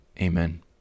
Amen